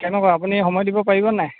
কেনেকুৱা আপুনি সময় দিব পাৰিব নাই